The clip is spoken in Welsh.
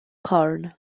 corn